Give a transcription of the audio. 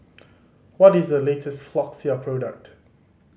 what is the latest Floxia product